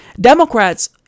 Democrats